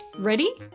ready.